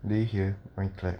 do you hear my clap